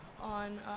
on